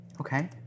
Okay